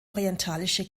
orientalische